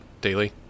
daily